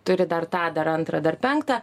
turi dar tą dar antrą dar penktą